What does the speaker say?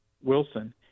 Wilson